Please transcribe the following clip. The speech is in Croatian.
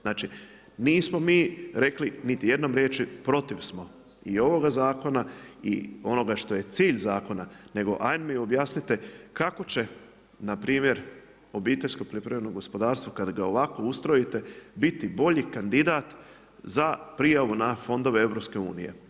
Znači, nismo mi rekli, niti jednom riječju, protiv smo i ovoga zakon i onoga što je cilj zakona, nego aj mi objasnite, kako će npr. obiteljsko poljoprivredno gospodarstvo, kad ga ovako ustrojite biti bolji kandidat za prijavu na fondove EU?